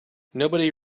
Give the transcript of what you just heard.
nobody